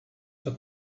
what